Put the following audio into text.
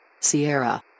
Sierra